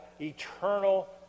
eternal